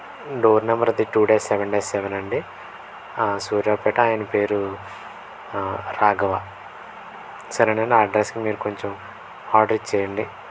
door number అది two dash seven dash seven అండి సూర్యరావ్పేట అయన పేరూ రాఘవ సరేనండి ఆ అడ్రెస్కి మీరు కొంచెం ఆర్డర్ ఇచ్చేయ్యండి